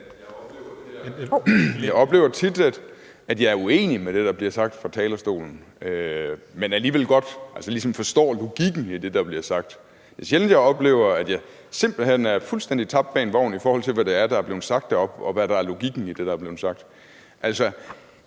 Jeg oplever tit, at jeg er uenig i det, der bliver sagt fra talerstolen, men alligevel ligesom godt forstår logikken i det, der bliver sagt. Det er sjældent, at jeg oplever, at jeg simpelt hen er fuldstændig tabt bag en vogn i forhold til, hvad det er, der er blevet sagt deroppe, og hvad der er logikken i det, der er blevet sagt.